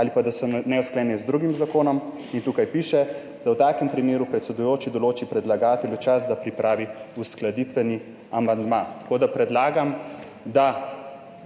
ali pa da so neusklajene z drugim zakonom. Tukaj piše, da v takem primeru predsedujoči določi predlagatelju čas, da pripravi uskladitveni amandma. Predlagam, to